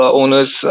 owners